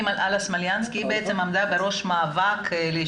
ואני עמדנו בראש המאבק.